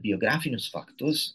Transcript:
biografinius faktus